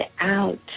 out